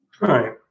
right